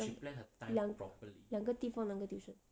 两两两两个地方两个 tuition